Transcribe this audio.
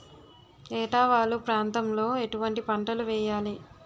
ఏటా వాలు ప్రాంతం లో ఎటువంటి పంటలు వేయాలి?